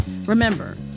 Remember